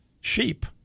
sheep